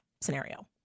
scenario